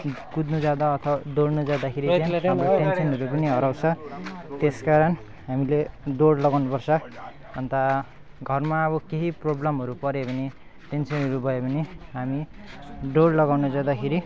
कुद्नु जाँदा अथवा दौडनु जाँदाखेरि चाहिँ हाम्रो टेनसनहरू पनि हराउँछ त्यस कारण हामीले दौड लगाउनु पर्छ अन्त घरमा अब केही प्रब्लमहरू पर्यो भने टेनसनहरू भयो भने हामी दौड लगाउनु जाँदाखेरि